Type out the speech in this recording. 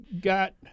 got